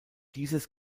dieses